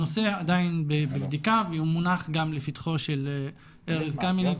הנושא עדיין בבדיקה והוא מונח גם לפתחו של ארז קמיניץ,